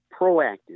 proactive